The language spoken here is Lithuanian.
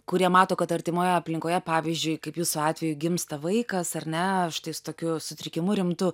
kurie mato kad artimoje aplinkoje pavyzdžiui kaip jūsų atveju gimsta vaikas ar ne štai su tokiu sutrikimu rimtu